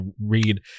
read